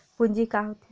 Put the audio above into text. पूंजी का होथे?